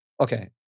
Okay